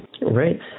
Right